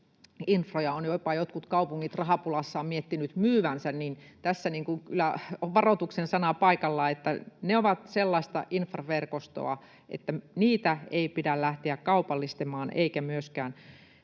infroja ovat jopa jotkut kaupungit rahapulassaan miettineet myyvänsä, niin tässä kyllä on varoituksen sana paikallaan, että ne ovat sellaista infraverkostoa, että niitä ei pidä lähteä kaupallistamaan eikä myöskään